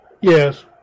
yes